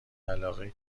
علاقهای